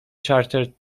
charter